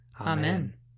Amen